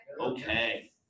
Okay